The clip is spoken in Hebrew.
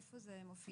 איפה זה מופיע?